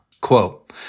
Quote